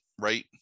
right